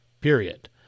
period